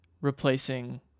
replacing